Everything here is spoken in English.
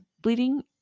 bleeding